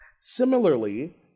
Similarly